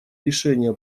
решения